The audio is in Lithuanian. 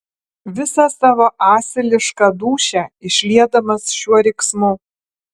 visą savo asilišką dūšią išliedamas šiuo riksmu